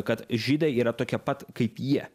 kad žydai yra tokia pat kaip jie